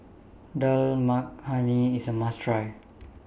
Dal Makhani IS A must Try